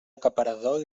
acaparador